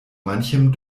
manchem